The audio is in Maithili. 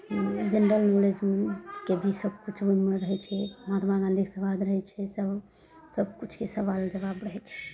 हूँ जेनरल नॉलेजमे तो भी सबकिछु मनमे रहय छै महात्मा गाँधीके सवाल रहय छै सब सबकिछुके सबाल जबाव रहय छै